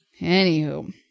Anywho